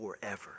forever